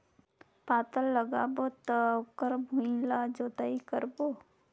पातल लगाबो त ओकर भुईं ला जोतई करबो?